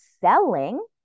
selling